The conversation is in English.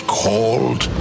called